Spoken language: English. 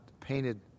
painted